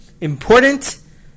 important